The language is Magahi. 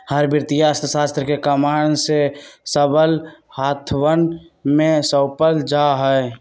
हर वित्तीय अर्थशास्त्र के कमान के सबल हाथवन में सौंपल जा हई